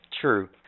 True